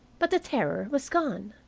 but the terror was gone.